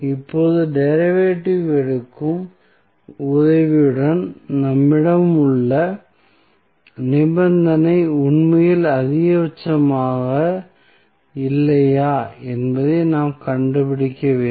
இப்போது டெரிவேட்டிவ் எடுக்கும் உதவியுடன் நம்மிடம் உள்ள நிபந்தனை உண்மையில் அதிகபட்சமா இல்லையா என்பதை நாம் கண்டுபிடிக்க வேண்டும்